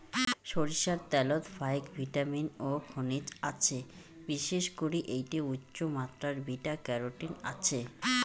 সইরষার ত্যালত ফাইক ভিটামিন ও খনিজ আছে, বিশেষ করি এ্যাইটে উচ্চমাত্রার বিটা ক্যারোটিন আছে